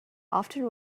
often